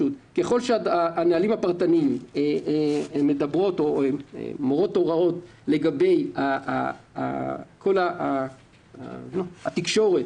ככל שהנהלים הפרטניים מורים הוראות לגבי כל התקשורת,